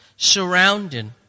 surrounded